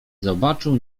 zobaczył